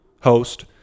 host